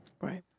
Right